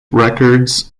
records